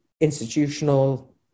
institutional